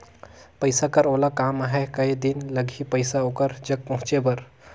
पइसा कर ओला काम आहे कये दिन लगही पइसा ओकर जग पहुंचे बर?